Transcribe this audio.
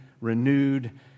renewed